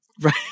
Right